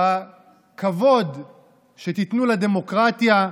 בכבוד שתיתנו לדמוקרטיה,